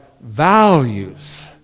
values